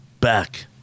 Back